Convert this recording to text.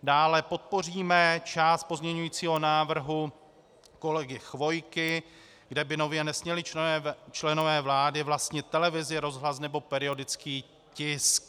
Dále podpoříme část pozměňovacího návrhu kolegy Chvojky, kde by nově nesměli členové vlády vlastnit televizi, rozhlas nebo periodický tisk.